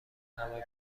همه